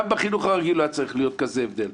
גם בחינוך הרגיל לא היה צריך להיות כזה הבדל,